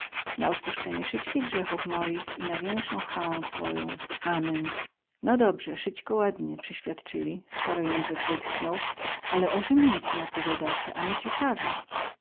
na odpuscenie wsyćkich grzychów moich i na więksą chwałą twoją amen no dobrze wsyćko ładnie przyświadczyli skoro jędrek wytchnął ale o rzymie nic nie opowiadacie a my ciekawi